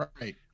Right